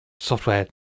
software